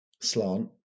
slant